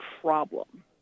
problem